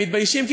הם מתביישים,